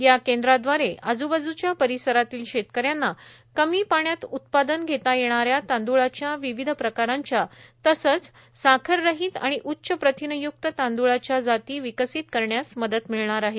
या केंद्राद्वारे आजूबाजूच्या परिसरातील शेतकऱ्याना कमी पाण्यात उत्पादन घेता येणाऱ्या तांदूळाच्या विविध प्रकारांच्या तसंच साखररहित आणि उच्च प्रथिनय्क्त तांद्वळाच्या जाती विकसीत करण्यास मदत मिळणार आहे